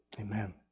Amen